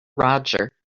roger